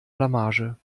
blamage